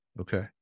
Okay